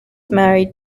married